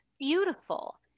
beautiful